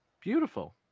Beautiful